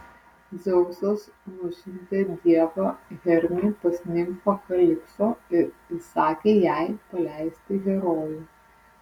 dzeusas nusiuntė dievą hermį pas nimfą kalipso ir įsakė jai paleisti herojų